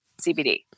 CBD